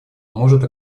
может